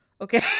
okay